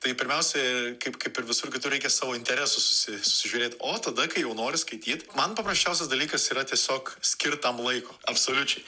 tai pirmiausia kaip kaip ir visur kitur reikia savo interesus susi susižiūrėt o tada kai jau nori skaityt man paprasčiausias dalykas yra tiesiog skirt tam laiko absoliučiai